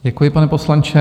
Děkuji, pane poslanče.